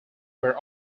were